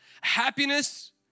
Happiness